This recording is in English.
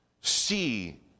see